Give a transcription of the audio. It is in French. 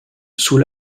sous